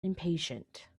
impatient